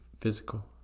Physical